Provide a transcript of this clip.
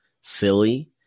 silly